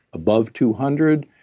above two hundred,